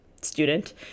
student